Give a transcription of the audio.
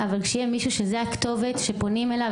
אבל כשיהיה מישהו שהוא הכתובת שפונים אליה,